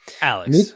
Alex